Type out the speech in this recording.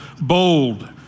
bold